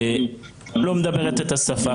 לא מדברת את השפה,